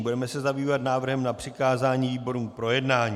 Budeme se zabývat návrhem na přikázání výborům k projednání.